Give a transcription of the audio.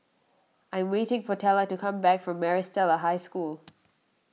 I am waiting for Tella to come back from Maris Stella High School